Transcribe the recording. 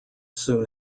soon